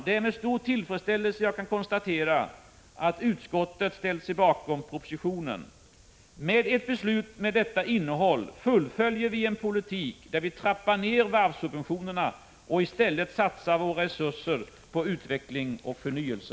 Det är med stor tillfredsställelse jag kan konstatera att utskottet ställt sig bakom propositionen. Med ett beslut med detta innehåll fullföljer vi en politik, där vi trappar ner varvssubventionerna och i stället satsar våra resurser på utveckling och förnyelse.